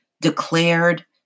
declared